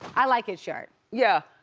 i like it short. yeah,